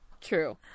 True